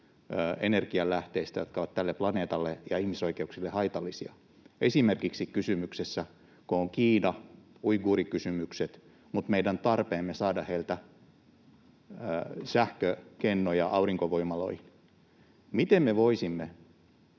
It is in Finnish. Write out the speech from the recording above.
energianlähteistä, jotka ovat tälle planeetalle ja ihmisoikeuksille haitallisia, esimerkiksi kun kysymyksessä on Kiina, uiguurikysymykset, mutta meidän tarpeemme on saada heiltä sähkökennoja aurinkovoimaloihin. Miten me voisimme